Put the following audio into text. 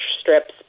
strips